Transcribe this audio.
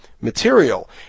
material